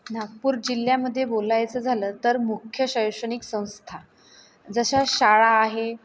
नागपूर जिल्ह्यामध्ये बोलायचं झालं तर मुख्य शैक्षणिक संस्था जशा शाळा आहे